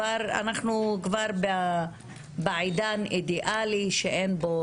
אנחנו כבר בעידן אידיאלי שאין בו,